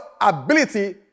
ability